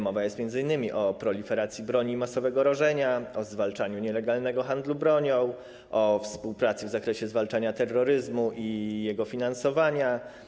Mowa jest m.in. o proliferacji broni masowego rażenia, o zwalczaniu nielegalnego handlu bronią, o współpracy w zakresie zwalczania terroryzmu i jego finansowania.